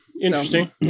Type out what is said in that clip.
Interesting